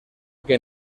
que